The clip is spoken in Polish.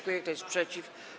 Kto jest przeciw?